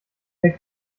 der